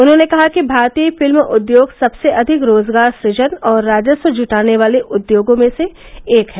उन्होंने कहा कि भारतीय फिल्म उद्योग सबसे अधिक रोजगार सूजन और राजस्व जुटाने वाले उद्योगों में से एक है